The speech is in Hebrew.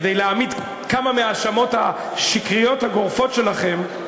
כדי להעמיד כמה מההאשמות השקריות הגורפות שלכם,